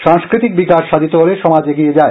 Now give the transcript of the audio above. সাংস্কৃতিক বিকাশ সাধিত হলে সমাজ এগিয়ে যায়